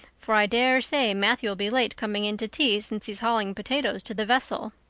for i daresay matthew ll be late coming in to tea since he's hauling potatoes to the vessel.